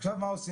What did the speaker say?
עכשיו מה עושים?